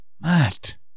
Matt